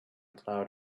cloud